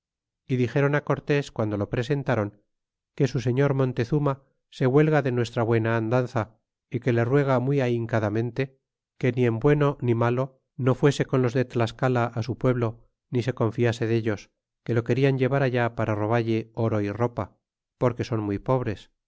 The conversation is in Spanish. y dixéron cortés guando lo presentron que su señor montezuma se huelga de nuestra buena andanza y que le ruega muy ahincadamente que ni en bueno ni malo no fuese con los de tlascala á su pueblo ni se confiase dellos que lo querian llevar allá para robalo oro y ropa porque son muy pobres